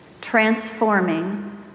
transforming